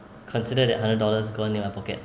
consider that hundred dollars go into my pocket